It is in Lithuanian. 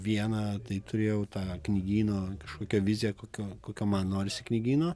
viena tai turėjau tą knygyno kažkokią viziją kokio kokio man norisi knygyno